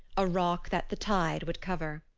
a rock that the tide would cover.